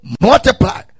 multiply